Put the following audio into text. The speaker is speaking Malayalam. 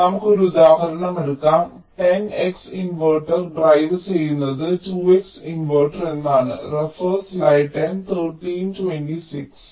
അതിനാൽ നമുക്ക് ഒരു ഉദാഹരണം എടുക്കാം 10 X ഇൻവെർട്ടർ ഡ്രൈവ് ചെയ്യുന്നത് 2 X ഇൻവെർട്ടർ എന്നാണ്